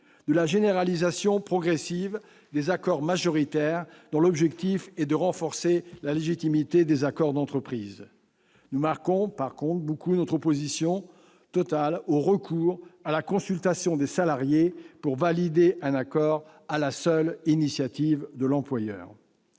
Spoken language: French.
de la généralisation progressive des accords majoritaires, dont l'objectif est de renforcer la légitimité des accords d'entreprise. Nous marquons, en revanche, notre opposition au recours à la consultation des salariés pour valider un accord sur la seule initiative de l'employeur.